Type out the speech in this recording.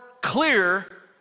clear